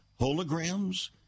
holograms